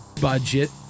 budget